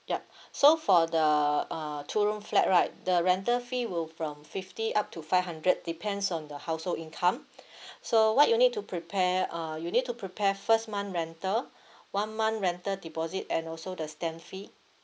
yup so for the uh two room flat right the rental fee will from fifty up to five hundred depends on the household income so what you need to prepare uh you need to prepare first month rental one month rental deposit and also the stamp fee